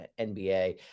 NBA